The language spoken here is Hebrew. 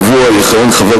שכיהן כממלא-מקום קבוע,